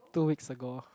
two weeks ago